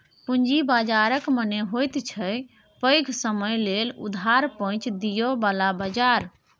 पूंजी बाजारक मने होइत छै पैघ समय लेल उधार पैंच दिअ बला बजार